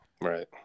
right